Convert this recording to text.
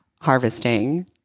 harvesting